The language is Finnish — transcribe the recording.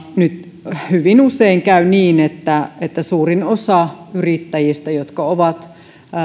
nyt hyvin usein käy niin että että suurin osa yrittäjistä jotka ovat